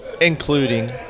including